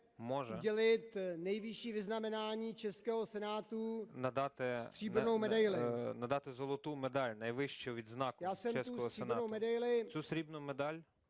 може надати золоту медаль – найвищу відзнаку чеського Сенату. Цю срібну медаль